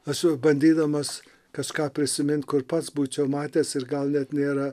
esu bandydamas kažką prisiminti kur pats būčiau matęs ir gal net nėra